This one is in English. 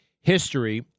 History